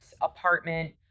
apartment